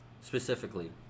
specifically